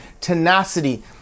tenacity